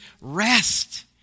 rest